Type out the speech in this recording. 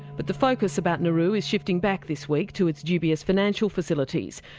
but the focus about nauru is shifting back this week to its dubious financial facilities,